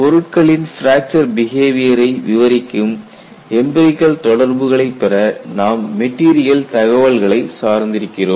பொருட்களின் பிராக்சர் பிஹேவியரை விவரிக்கும் எம்பிரிகல் தொடர்புகளை பெற நாம் மெட்டீரியல் தகவல்களை சார்ந்திருக்கிறோம்